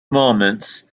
moments